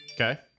Okay